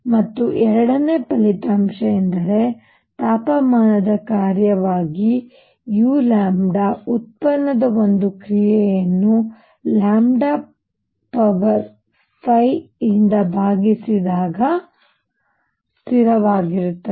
ಮತ್ತು ಎರಡನೆಯ ಫಲಿತಾಂಶವೆಂದರೆ ತಾಪಮಾನದ ಕಾರ್ಯವಾಗಿ u ಉತ್ಪನ್ನದ ಒಂದು ಕ್ರಿಯೆಯನ್ನು 5 ರಿಂದ ಭಾಗಿಸಿದಾಗ ಸ್ಥಿರವಾಗಿರುತ್ತದೆ